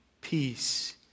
Peace